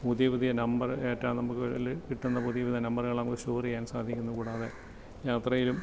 പുതിയ പുതിയ നമ്പര് നമുക്കിതില് കിട്ടുന്ന പുതിയ പുതിയ നമ്പറുകള് നമുക്ക് സ്റ്റോർ ചെയ്യാൻ സാധിക്കുന്നു കൂടാതെ യാത്രയിലും